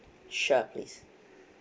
sure please